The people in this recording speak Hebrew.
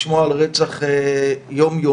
לשמוע על רצח יום-יומי